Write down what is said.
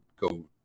go